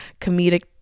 comedic